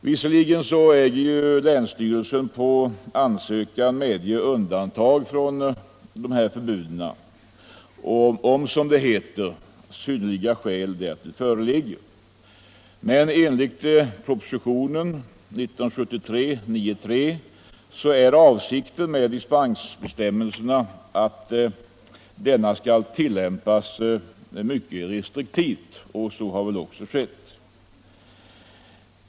Visserligen äger länsstyrelse efter ansökan medge undantag från dessa förbud om, som det heter, synnerliga skäl därtill föreligger, men enligt propositionen 1973:93 är avsikten att dispensbestämmelsen skall tillämpas mycket restriktivt, och så har även skett.